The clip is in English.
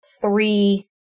three